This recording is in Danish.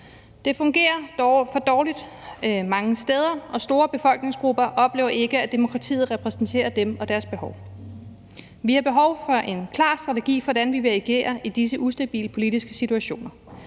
Det fungerer dårligt mange steder, og store befolkningsgrupper oplever ikke, at demokratiet repræsenterer dem og deres behov. Vi har behov for en klar strategi for, hvordan vi vil agere i disse ustabile politiske situationer,